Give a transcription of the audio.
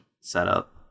setup